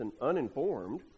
uninformed